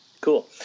Cool